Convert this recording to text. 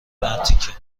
مرتیکه